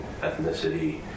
ethnicity